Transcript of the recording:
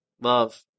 love